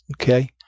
okay